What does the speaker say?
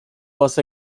was